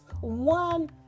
one